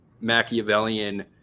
Machiavellian